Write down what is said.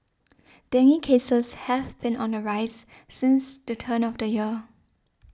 dengue cases have been on the rise since the turn of the year